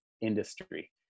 industry